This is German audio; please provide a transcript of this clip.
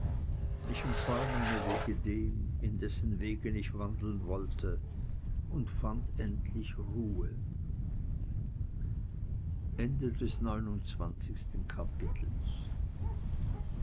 ich empfahl meine wege dem in dessen wegen ich wandeln wollte und fand endlich ruhe